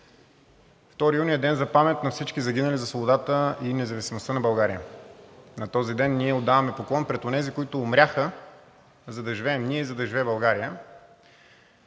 2 юни е ден за памет на всички загинали за свободата и независимостта на България. На този ден ние отдаваме поклон пред онези, които умряха, за да живеем ние, за да живее България.